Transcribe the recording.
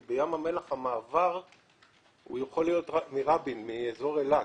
כי בים המלח המעבר יכול להיות רק מאזור אילת.